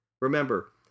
Remember